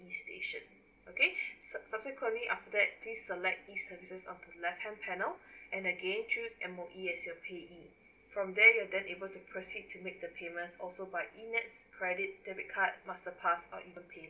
E station okay sub~ subsequently after that please select E services on the left hand panel and again choose M_O_E as your payee from there and then you are able proceed to make the payment also by E NETS credit debit card masterpass or even paylah